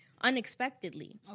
unexpectedly